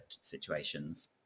situations